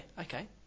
okay